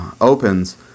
opens